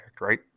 right